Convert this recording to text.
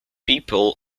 people